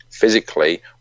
physically